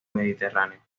mediterráneo